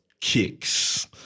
Kicks